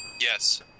Yes